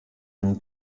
dem